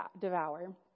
devour